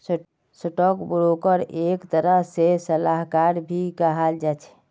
stock ब्रोकरक एक तरह से सलाहकार भी कहाल जा छे